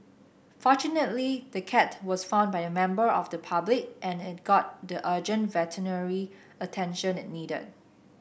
fortunately the cat was found by a member of the public and it got the urgent veterinary attention it needed